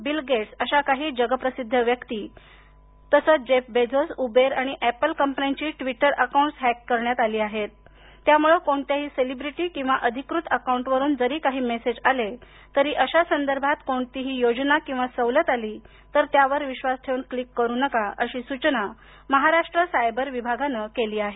bill Gates अशा काही जगप्रसिद्ध व्यक्ती तसंच जेफ बेझो उबेर आणि एपल कंपन्यांची ट्विटर अकाउंट्स हॅक केली आहेत गेली आहेतत्यामुळे कोणत्याही सेलिब्रिटी किंवा अधिकृत अकाउंटवरून जरी काही मेसेज आले तरी अशा संदर्भात कोणतीही योजना किंवा सवलत आली तर त्यावर विश्वास ठेव ून क्लिक करू नका अशी सुचना महाराष्ट्र सायबर विभागानं केली आहे